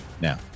now